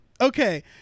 okay